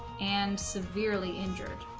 and severely injured